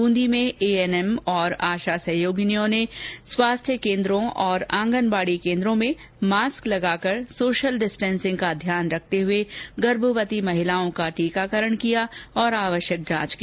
बुदी में A N M और आशा सहयोगिनियों ने स्वास्थ्य केन्दों और आंगनबाड़ी केंद्रों में मास्क लगाकर सोशल डिस्टेंसिग का ध्यान रखते हुए गर्भवती महिलाओं का टीकाकरण किया और आवश्यक जांच की